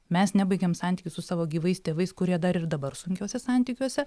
mes nebaigėm santykių su savo gyvais tėvais kurie dar ir dabar sunkiuose santykiuose